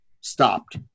stopped